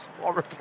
horrible